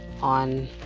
on